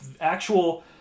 actual